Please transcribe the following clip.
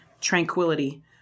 tranquility